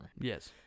Yes